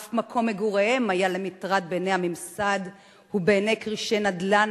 אף מקום מגוריהם היה למטרד בעיני הממסד ובעיני כרישי נדל"ן,